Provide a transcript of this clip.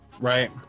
Right